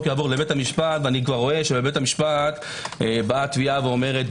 יעבור לבית המשפט ורואה שבבית המשפט באה התביעה ואומרת: